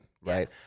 right